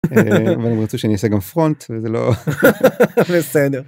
אני רוצה שאני אעשה גם פרונט וזה לא בסדר.